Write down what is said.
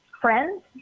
friends